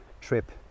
trip